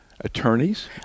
attorneys